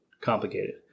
complicated